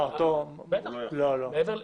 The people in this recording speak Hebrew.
הוא לא יכול.